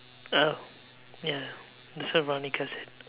uh ya that's what Veronica said